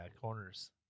corners